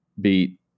beat